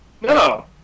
No